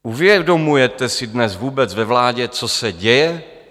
Uvědomujete si dnes vůbec ve vládě, co se děje?